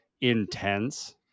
intense